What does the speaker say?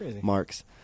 marks